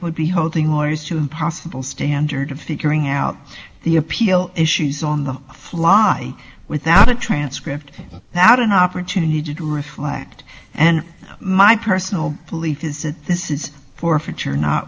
would be hoping or is to possible standard in figuring out the appeal issues on the fly without a transcript that an opportunity to reflect and my personal belief is that this is for future not